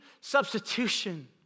substitution